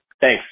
Thanks